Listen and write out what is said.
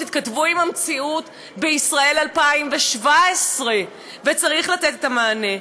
תתכתבו עם המציאות בישראל 2017. וצריך לתת את המענה.